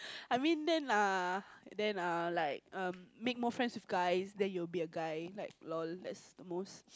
I mean then uh then uh like um make more friends with guys then you'll be a guy like lah that's the most